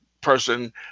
person